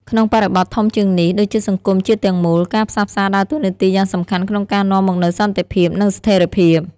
ក្នុងបរិបទធំជាងនេះ ដូចជាសង្គមជាតិទាំងមូល ការផ្សះផ្សាដើរតួនាទីយ៉ាងសំខាន់ក្នុងការនាំមកនូវសន្តិភាព និងស្ថិរភាព។